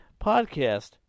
podcast